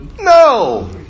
No